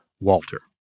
walter